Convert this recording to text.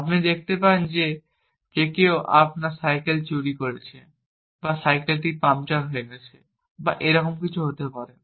আপনি দেখতে পান যে কেউ আপনার সাইকেল চুরি করেছে বা সাইকেলটি পাংচার হয়ে গেছে বা এরকম কিছু হতে পারে